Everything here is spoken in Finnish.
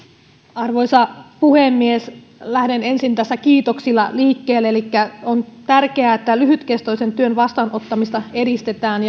arvoisa puhemies lähden ensin tässä kiitoksilla liikkeelle elikkä on tärkeää että lyhytkestoisen työn vastaanottamista edistetään